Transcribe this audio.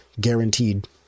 Guaranteed